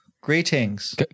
Greetings